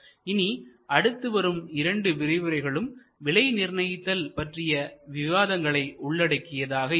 இனி அடுத்து வரும் 2 விரிவுரைகளும் விலை நிர்ணயித்தல் பற்றிய விவாதங்களை உள்ளடக்கியதாக இருக்கும்